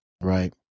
Right